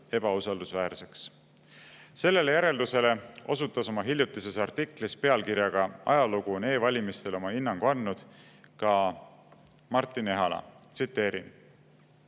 ebausaldusväärseks. Sellele järeldusele osutas oma hiljutises artiklis pealkirjaga "Ajalugu on e-valimistele oma hinnangu andnud" ka Martin Ehala. Tsiteerin: